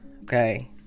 Okay